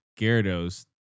Gyarados